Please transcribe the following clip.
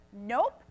Nope